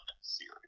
series